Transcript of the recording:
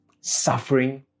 suffering